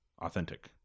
authentic